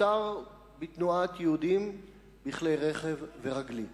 מותר בתנועת יהודים בכלי רכב ורגלית.